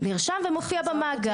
הוא נרשם ומופיע במאגר.